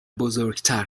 بزرگتر